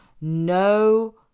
no